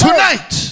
Tonight